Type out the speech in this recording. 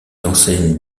enseigne